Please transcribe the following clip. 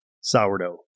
Sourdough